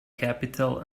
capital